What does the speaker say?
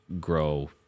grow